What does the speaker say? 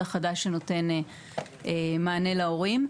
שנותן מענה להורים.